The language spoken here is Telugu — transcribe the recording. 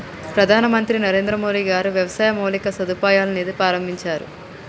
ప్రధాన మంత్రి నరేంద్రమోడీ గారు వ్యవసాయ మౌలిక సదుపాయాల నిధి ప్రాభించారు